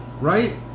right